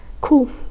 Cool